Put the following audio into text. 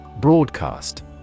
Broadcast